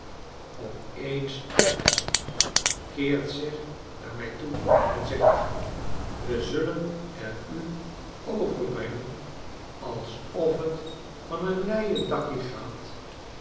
op eens stopt hij keert zich naar mij toe en zegfc we zullen er u overbrengen alsof tvan'n leien dakkie gaat